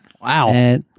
Wow